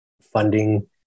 funding